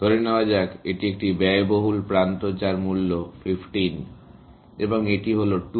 ধরে নেওয়া যাক এটি একটি ব্যয়বহুল প্রান্ত যার মূল্য 15 এবং এটি হল 2